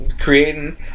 creating